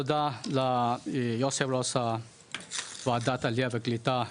תודה ליושב הראש של ועדת העלייה והקליטה,